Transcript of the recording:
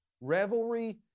Revelry